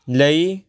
ਲਈ